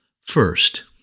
First